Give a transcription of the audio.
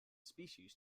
species